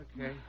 Okay